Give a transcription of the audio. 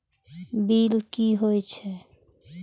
Bill की हौए छै?